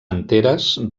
anteres